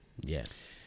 Yes